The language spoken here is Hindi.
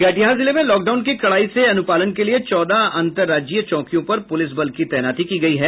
कटिहार जिले में लॉकडाउन के कड़ाई से अनुपालन के लिये चौदह अंतर राज्यीय चौकियों पर पुलिस बल की तैनाती की गयी है